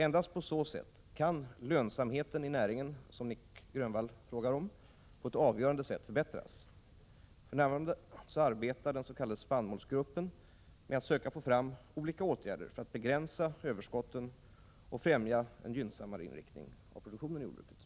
Endast på så sätt kan lönsamheten i näringen, som Nic Grönvall frågar om, på ett avgörande sätt förbättras. För närvarande arbetar den s.k. spannmålsgruppen med att söka få fram olika åtgärder för att begränsa överskotten och främja en gynnsammare inriktning av produktionen i jordbruket.